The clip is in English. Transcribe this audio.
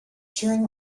during